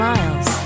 Miles